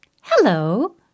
Hello